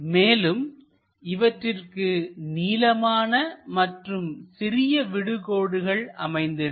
மேலும் இவற்றிற்கு நீளமானமற்றும் சிறிய விடு கோடுகள் அமைந்திருக்கும்